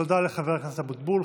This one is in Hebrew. תודה לחבר הכנסת אבוטבול.